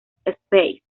space